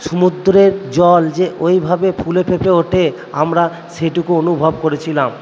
সমুদ্রের জল যে ঐভাবে ফুলে ফেঁপে ওঠে আমরা সেটুকু অনুভব করেছিলাম